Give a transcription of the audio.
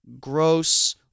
gross